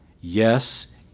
Yes